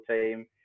team